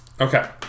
Okay